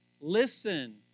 Listen